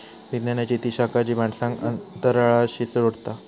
विज्ञानाची ती शाखा जी माणसांक अंतराळाशी जोडता